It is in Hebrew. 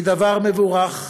היא דבר מבורך,